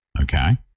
okay